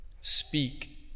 Speak